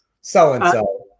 so-and-so